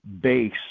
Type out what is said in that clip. base